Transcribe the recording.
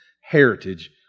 heritage